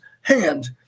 hand